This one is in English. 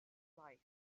life